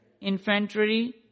infantry